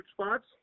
spots